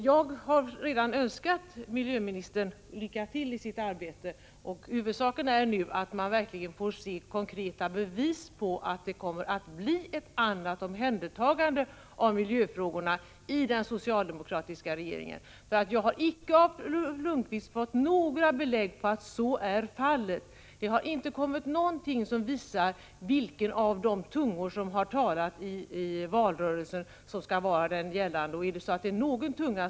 Jag har redan önskat miljöministern lycka till i hans arbete. Huvudsaken är nu att vi får se bevis på att det kommer att bli ett annat omhändertagande av miljöfrågorna i den socialdemokratiska regeringen. Men av Ulf Lönnqvist har jag inte fått några belägg för att så kommer att bli fallet. Jag har inte fått något som helst besked om vilken av de tungor som talat i valrörelsen som har uttryckt det som skall vara gällande.